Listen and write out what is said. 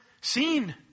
seen